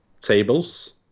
tables